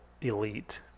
elite